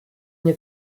une